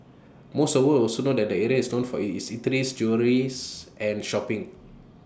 most of us would also know that the area is known for IT its eateries jewelleries and shopping